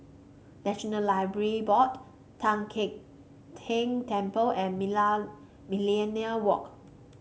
National Library Board Tian Teck Keng Temple and Millenia Walk